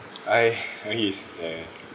I on his there